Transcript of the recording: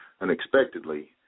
unexpectedly